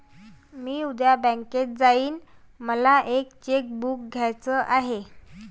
मी उद्या बँकेत जाईन मला एक चेक बुक घ्यायच आहे